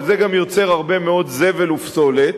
אבל זה גם יוצר הרבה מאוד זבל ופסולת,